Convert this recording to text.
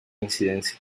incidencia